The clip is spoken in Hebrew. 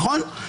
נכון?